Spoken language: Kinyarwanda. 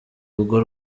rugo